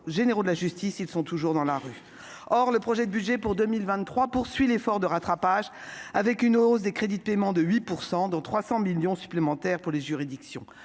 généraux de la justice, ils sont toujours dans la rue. Or le projet de budget pour 2023 poursuit l'effort de rattrapage, avec une hausse des crédits de paiement de 8 %, dont 300 millions d'euros supplémentaires pour les juridictions.